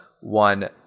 one